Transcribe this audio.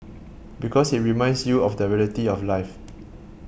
because it reminds you of the reality of life